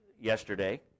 yesterday